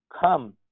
Come